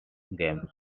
games